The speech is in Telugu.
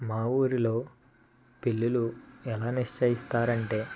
మా ఊరిలో పెళ్లిళ్లు ఎలా నిశ్చయిస్తారు అంటే